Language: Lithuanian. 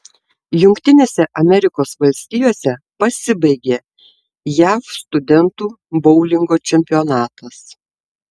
jungtinėse amerikos valstijose pasibaigė jav studentų boulingo čempionatas